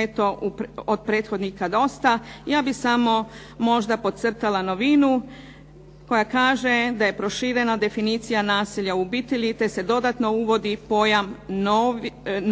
eto od prethodnika dosta. Ja bih samo možda podcrtala novinu koja kaže da je proširena definicija nasilja u obitelji te se dodatno uvodi